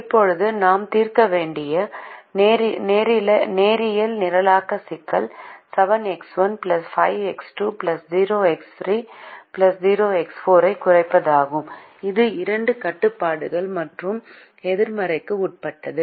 இப்போது நாம் தீர்க்க வேண்டிய நேரியல் நிரலாக்க சிக்கல் 7X1 5X2 0X3 0X4 ஐக் குறைப்பதாகும் இது இரண்டு கட்டுப்பாடுகள் மற்றும் எதிர்மறைக்கு உட்பட்டது